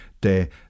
de